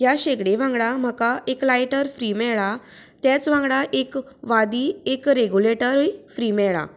ह्या शेगडी वांगडा म्हाका एक लायटर फ्री मेळ्ळा तेच वांगडा एक वादी एक रेगुलेटरय फ्री मेळ्ळा